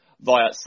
via